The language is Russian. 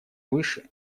выше